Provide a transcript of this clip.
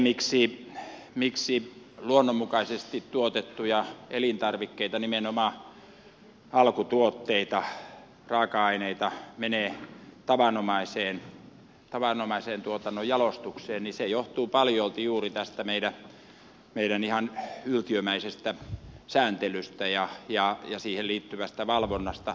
se miksi luonnonmukaisesti tuotettuja elintarvikkeita nimenomaan alkutuotteita raaka aineita menee tavanomaiseen tuotannon jalostukseen johtuu paljolti juuri tästä meidän ihan yltiömäisestä sääntelystä ja siihen liittyvästä valvonnasta